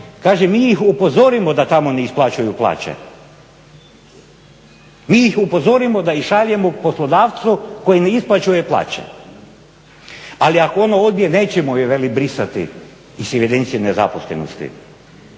kaže mi njih upozorimo da tamo ne isplaćuju plaće. Mi ih upozorimo da ih šaljemo poslodavcu koji ne isplaćuje plaće, ali ako ona odbije nećemo je veli brisati iz evidencije nezaposlenosti.